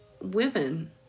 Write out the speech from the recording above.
women